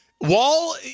Wall